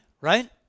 right